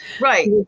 right